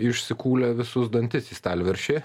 išsikūlė visus dantis į stalviršį